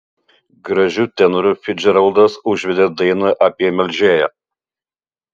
gražiu tenoru ficdžeraldas užvedė dainą apie melžėją